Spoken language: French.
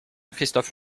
christophe